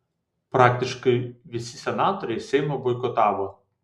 praktiškai visi senatoriai seimą boikotavo